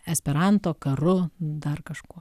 esperanto karu dar kažkuo